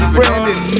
Brandon